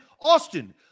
Austin